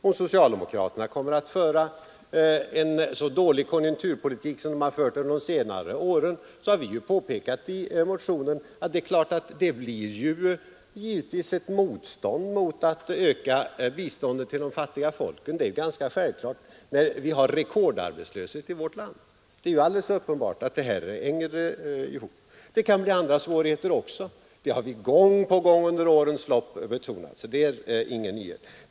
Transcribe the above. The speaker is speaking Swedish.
Om socialdemokraterna kommer att föra en så dålig konjunkturpolitik som under de senare åren, blir det givetvis — vilket vi har påpekat i en motion — ett motstånd mot att öka biståndet till de fattiga folken, särskilt när vi har rekordarbetslöshet i vårt eget land. Det kan också uppstå andra svårigheter, vilket vi under årens lopp gång på gång har betonat.